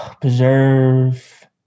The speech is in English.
Preserve